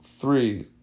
three